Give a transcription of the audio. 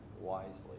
wisely